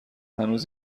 هنوز